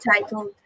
titled